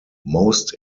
most